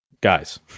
guys